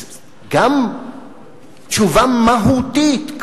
אז גם תשובה מהותית,